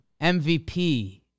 MVP